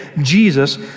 Jesus